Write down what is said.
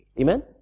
Amen